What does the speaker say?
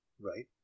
Right